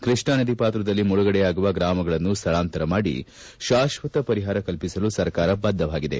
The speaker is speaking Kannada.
ಕೃಷ್ಣಾ ನದಿ ಪಾತ್ರದಲ್ಲಿ ಮುಳುಗಡೆಯಾಗುವ ಗ್ರಾಮಗಳನ್ನು ಸ್ಥಳಾಂತರ ಮಾಡಿ ಶಾಶ್ವಕ ಪರಿಹಾರ ಕಲ್ಪಿಸಲು ಸರ್ಕಾರ ಬದ್ಧವಾಗಿದೆ